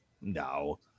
No